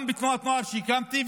גם בתנועת הנוער שהקמתי,